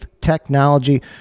technology